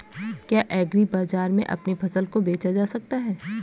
क्या एग्रीबाजार में अपनी फसल को बेचा जा सकता है?